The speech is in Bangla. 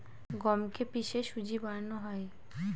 গমকে কে পিষে সুজি বানানো হয়